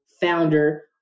founder